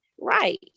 Right